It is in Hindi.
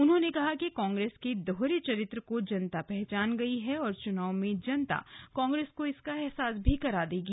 उन्होंने कहा कि कांग्रेस के दोहरे चरित्र को जनता पहचान गई है और चुनाव में जनता कांग्रेस को इसका एहसास भी करा देगी